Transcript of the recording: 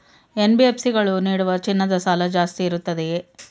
NBFC ಗಳು ನೀಡುವ ಚಿನ್ನದ ಸಾಲ ಜಾಸ್ತಿ ಇರುತ್ತದೆಯೇ?